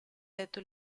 letto